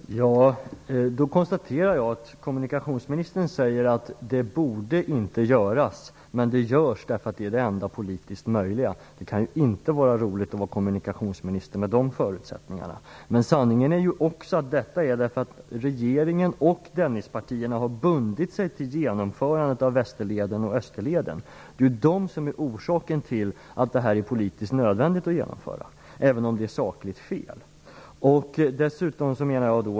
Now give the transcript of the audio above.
Fru talman! Då konstaterar jag att kommunikationsministern säger att det inte borde göras men görs därför att det är det enda politiskt möjliga. Det kan inte vara roligt att vara kommunikationsminister med dessa förutsättningar. Men sanningen är också att regeringen och Dennispartierna har bundit sig till genomförandet av Västerleden och Österleden. Det är ju de som är orsaken till att detta är politiskt nödvändigt att genomföra, även om det sakligt är fel.